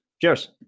cheers